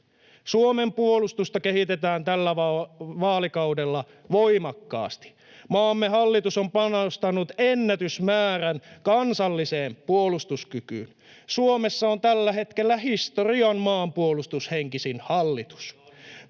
Suomen puolustusta kehitetään tällä vaalikaudella voimakkaasti. Maamme hallitus on panostanut ennätysmäärän kansalliseen puolustuskykyyn. Suomessa on tällä hetkellä historian maanpuolustushenkisin hallitus.